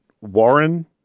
warren